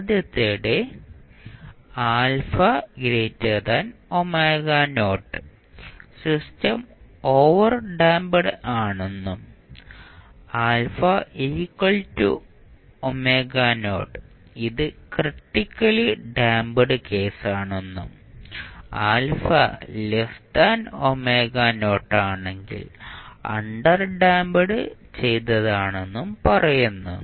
ആദ്യത്തേത് ɑ system overdamped ആണെന്നും ɑ ഇത് ക്രിട്ടിക്കലി ഡാംപ്ഡ് കേസാണെന്നും ɑ ആണെങ്കിൽ അണ്ടർഡാമ്പ്ഡ് ചെയ്തതാണെന്നും പറയുന്നു